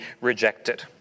rejected